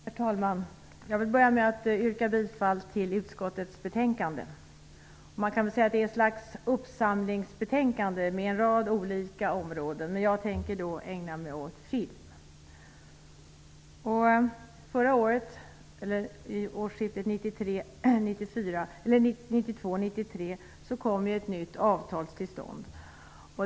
Herr talman! Jag vill börja med att yrka bifall till hemställan i utskottets betänkande. Man kan säga att det är ett slags uppsamlingsbetänkande som tar upp en rad olika områden. Jag tänker ägna mig åt området som berör film. Vid årsskiftet 1992/93 kom ett nytt avtal till stånd.